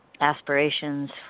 aspirations